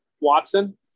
Watson